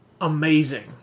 amazing